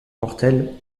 mortel